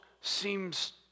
seems